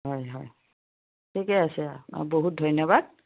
হয় হয় ঠিকে আছে অঁ বহুত ধন্যবাদ